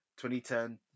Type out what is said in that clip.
2010